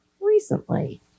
recently